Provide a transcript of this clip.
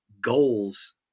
goals